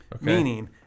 Meaning